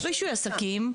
רישוי עסקים,